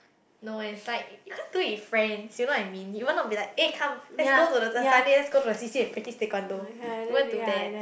no eh it's like you can't do it with friends you know what I mean you won't be like eh come let's go to the Sunday let's go to the C_C and practice taekwondo you won't do that